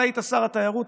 אתה היית שר התיירות,